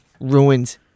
ruins